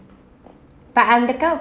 but I'm the become